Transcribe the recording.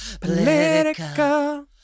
Political